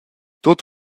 tut